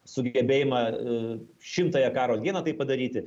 sugebėjimą šimtąją karo dieną tai padaryti